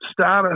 status